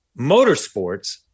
motorsports